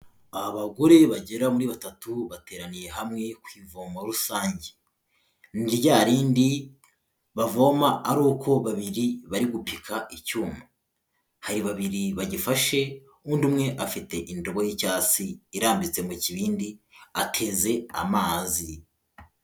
Aba bagore bagera muri batatu bateraniye hamwe ku ivomo rusange. Ni rya rindi bavoma ari uko babiri bari gupika icyuma. Hari babiri bagifashe undi umwe afite indobo y'icyatsi irambitse mu kibindi ateze amazi.